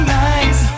nice